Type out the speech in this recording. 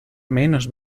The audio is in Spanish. menos